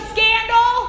Scandal